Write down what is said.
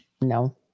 No